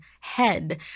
head